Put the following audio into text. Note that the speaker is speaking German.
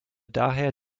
daher